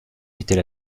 était